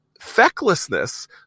fecklessness